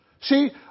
See